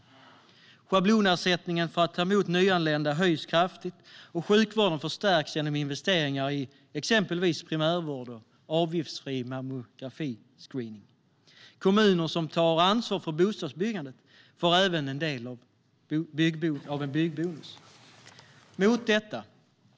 Vidare höjs schablonersättningen för att ta emot nyanlända kraftigt, och sjukvården förstärks genom investeringar i exempelvis primärvård och avgiftsfri mammografiscreening. Kommuner som tar ansvar för bostadsbyggandet får även ta del av en byggbonus. Mot detta